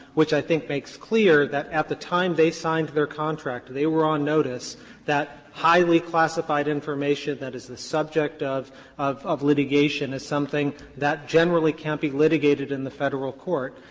which i think makes clear that at the time they signed their contract they were on notice that highly classified information that is the subject of of of litigation, is something that generally can't be litigated in the federal court.